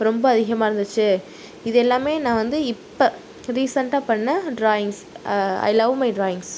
ரொம்ப அதிகமாக இருந்துச்சு இது எல்லாமே நான் வந்து இப்போ ரீசண்ட்டாக பண்ண drawings I love my drawings